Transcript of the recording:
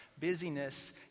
busyness